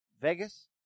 Vegas